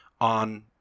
on